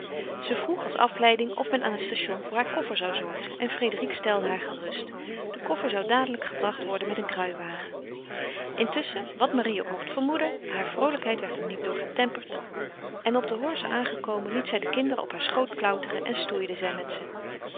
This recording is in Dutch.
zij vroeg als afleiding of men aan het station voor haar koffer zou zorgen en frédérique stelde haar gerust de koffer zou dadelijk gebracht worden met een kruiwagen intusschen wat marie ook mocht vermoeden haar vroolijkheid werd er niet door getemperd en op de horze aangekomen liet zij de kinderen op haar schoot klauteren en stoeide zij met ze